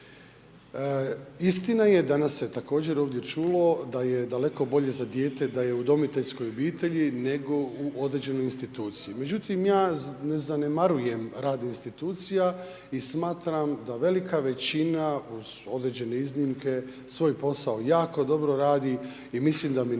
Istina je da nas se također ovdje čulo da je daleko bolje za dijete da je u udomiteljskoj obitelji nego u određenoj instituciju. Međutim, ja ne zanemarujem rad institucija i smatram da velika većina uz određene iznimke svoj posao jako dobro radi i mislim da Ministarstvo